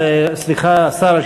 השר,